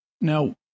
Now